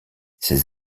ces